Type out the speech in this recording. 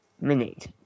minute